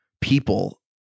people